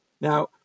Now